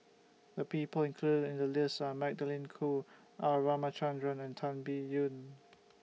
The People included in The list Are Magdalene Khoo R Ramachandran and Tan Biyun